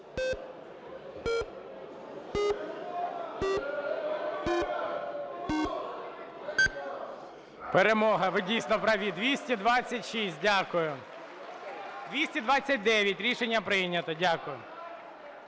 Перемога. Ви, дійсно, праві, 226. Дякую. 229. Рішення прийнято. Дякую.